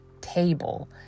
table